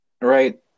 Right